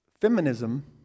feminism